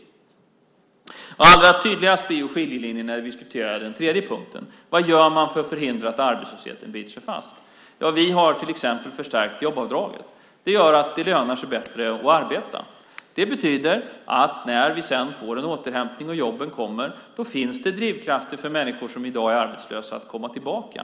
Allra tydligast blir skiljelinjen när vi diskuterar den tredje punkten. Vad gör man för att förhindra att arbetslösheten biter sig fast? Ja, vi har till exempel förstärkt jobbavdraget. Det gör att det lönar sig bättre att arbeta. Det betyder att det, när vi sedan får en återhämtning och jobben kommer, finns drivkrafter för människor som i dag är arbetslösa att komma tillbaka.